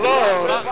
Lord